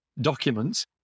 documents